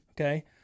Okay